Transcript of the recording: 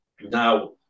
Now